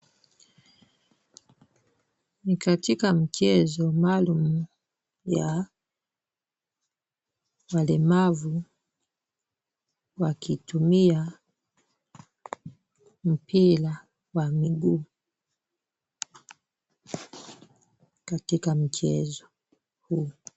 Ni katika mchezo maalum ya walemavu wakitumia mpira wa miguu katika mchezo huo.